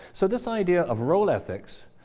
so this idea of role ethics